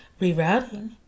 rerouting